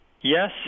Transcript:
yes